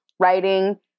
writing